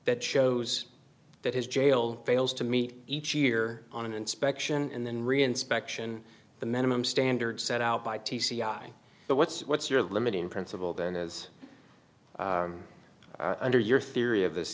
that shows that his jail fails to meet each year on an inspection and then reinspection the minimum standards set out by t c i the what's what's your limiting principle then as under your theory of this